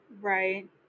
Right